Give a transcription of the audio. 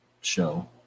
show